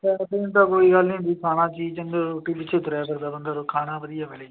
ਖਾਣ ਪੀਣ ਦਾ ਕੋਈ ਗਲ ਨਹੀਂ ਹੁੰਦੀ ਖਾਣਾ ਚੀਜ਼ ਚੰਗੀ ਮਿਲੇ ਰੋਟੀ ਪਿਛੇ ਤੁਰਿਆ ਫਿਰਦਾ ਬੰਦਾ ਖਾਣਾ ਵਧੀਆ ਮਿਲੇ ਜੀ